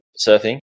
surfing